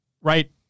right